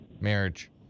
marriage